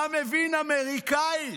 אתה מבין אמריקאית,